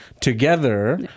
together